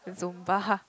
zumba